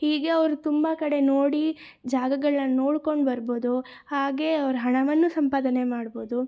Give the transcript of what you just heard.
ಹೀಗೆ ಅವ್ರು ತುಂಬ ಕಡೆ ನೋಡಿ ಜಾಗಗಳನ್ನು ನೋಡ್ಕೊಂಡು ಬರ್ಬೋದು ಹಾಗೆ ಅವ್ರು ಹಣವನ್ನು ಸಂಪಾದನೆ ಮಾಡ್ಬೋದು